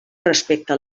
respecte